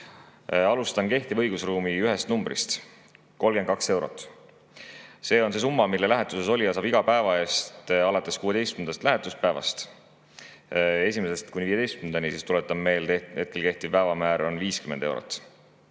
Alustan kehtiva õigusruumi ühest numbrist: 32 eurot. See on see summa, mille lähetuses olija saab iga päeva eest alates 16. lähetuspäevast. Esimesest kuni 15. [päevani], tuletan meelde, on hetkel kehtiv päevamäär 50 eurot.